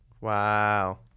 Wow